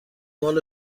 مال